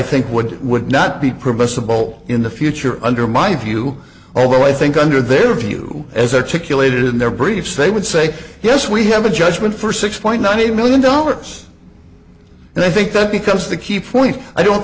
think would would not be permissible in the future under my view although i think under their view as articulated in their briefs they would say yes we have a judgment for six point nine million dollars and i think that because of the key point i don't